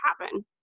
happen